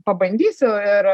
pabandysiu ir